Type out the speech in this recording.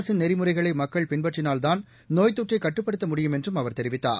அரசின் நெறிமுறைகளைமக்கள் பின்பற்றினால்தான் நோய்த்தொற்றைகட்டுப்படுத்த முடியும் என்றும் அவர் தெரிவித்தார்